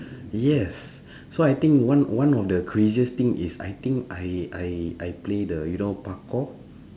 yes so I think one one of the craziest thing is I think I I I play the you know parkour